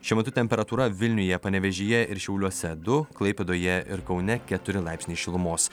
šiuo metu temperatūra vilniuje panevėžyje ir šiauliuose du klaipėdoje ir kaune keturi laipsniai šilumos